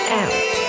out